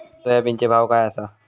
सोयाबीनचो भाव काय आसा?